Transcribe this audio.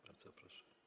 Bardzo proszę.